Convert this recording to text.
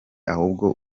ahubwo